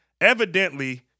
evidently